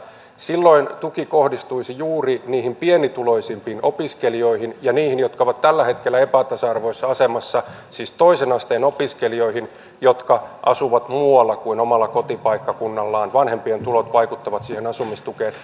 silloin tuki kohdistuisi juuri pienituloisimpiin opiskelijoihin ja niihin jotka ovat tällä hetkellä epätasa arvoisessa asemassa siis toisen asteen opiskelijoihin jotka asuvat muualla kuin omalla kotipaikkakunnallaan ja joiden vanhempien tulot vaikuttavat siihen asumistukeen